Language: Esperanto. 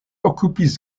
okupis